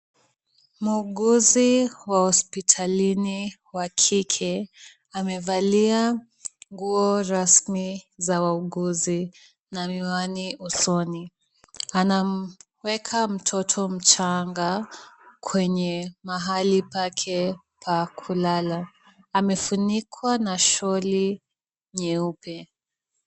Muuguzi wa hospitalini wa kike, amevalia nguo rasmi za wauguzi na miwani usoni, anamuweka mtoto mchanga kwenye mahali pake pa kulala. Amefunikwa na sholi nyeupe.